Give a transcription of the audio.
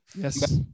Yes